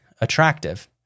attractive